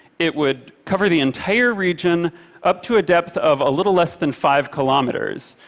it would cover the entire region up to a depth of a little less than five kilometers,